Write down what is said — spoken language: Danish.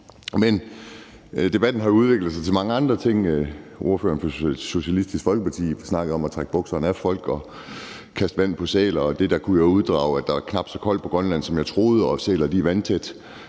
er. Debatten har udviklet sig til mange andre ting. Ordføreren for Socialistisk Folkeparti snakkede om at trække bukserne af folk og kaste vand på sæler, og af det kunne jeg uddrage, at der er knap så koldt på Grønland, som jeg troede, og at sæler er vandtætte.